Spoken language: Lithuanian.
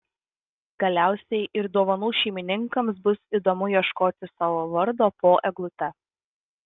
galiausiai ir dovanų šeimininkams bus įdomu ieškoti savo vardo po eglute